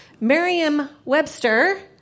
Merriam-Webster